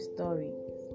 Stories